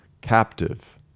captive